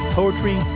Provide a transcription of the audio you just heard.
poetry